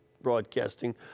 broadcasting